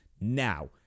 Now